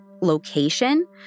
location